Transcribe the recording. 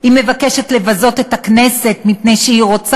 היא מבקשת לבזות את הכנסת מפני שהיא רוצה